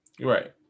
right